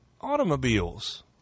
automobiles